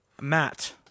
Matt